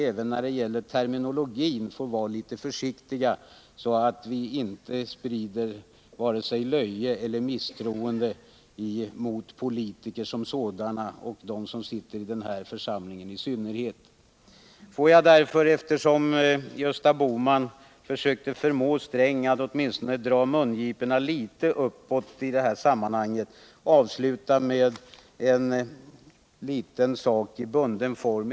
Även när det gäller terminologin tror jag vi måste vara litet försiktiga, så att vi inte sprider löje eller misstroende mot politiker, i synnerhet dem som sitter i den här församlingen. Låt mig, eftersom Gösta Bohman försökte få Gunnar Sträng att dra på mungiporna åtminstone litet grand, få avsluta med en liten sak i bunden form.